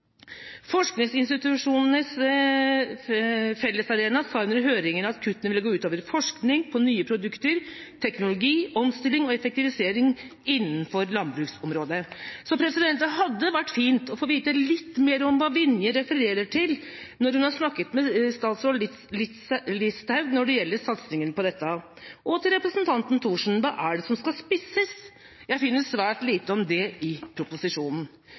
Forskningsinstitusjonenes Fellesarena sa under høringene at kuttene ville gå ut over forskning på nye produkter, teknologi, omstilling og effektivisering innenfor landbruksområdet. Det hadde vært fint å få vite litt mer om hva Vinje refererer til i det hun har snakket med statsråd Listhaug om når det gjelder satsingen på dette. Og til representanten Thorsen: Hva er det som skal spisses? Jeg finner svært lite om det i proposisjonen.